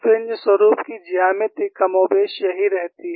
fringe स्वरुप की ज्यामिति कमोबेश यही रहती है